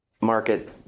Market